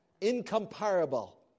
Incomparable